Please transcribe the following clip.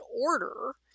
order